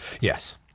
Yes